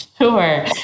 Sure